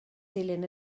dilyn